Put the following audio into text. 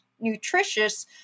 nutritious